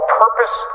purpose